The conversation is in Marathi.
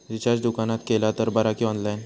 रिचार्ज दुकानात केला तर बरा की ऑनलाइन?